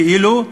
כאילו,